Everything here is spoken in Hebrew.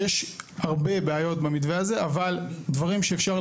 יפסיקו לעסוק ברפואה כי הספיקו לנו ההבטחות